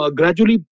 gradually